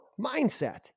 mindset